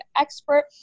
expert